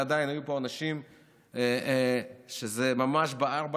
אבל עדיין היו פה אנשים שזה ממש בער בהם,